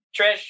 Trish